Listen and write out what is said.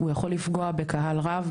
הוא יכול לפגוע בקהל רב.